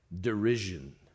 derision